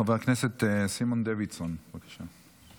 חבר הכנסת סימון דוידסון, בבקשה.